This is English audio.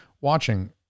watching